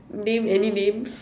name any names